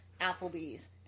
Applebee's